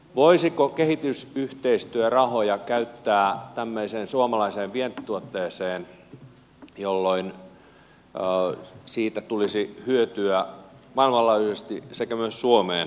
voisiko kehitysyhteistyörahoja käyttää tämmöiseen suomalaiseen vientituotteeseen jolloin siitä tulisi hyötyä maailmanlaajuisesti sekä myös suomeen